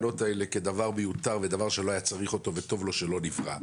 לא נקבע.